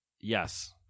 yes